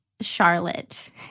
Charlotte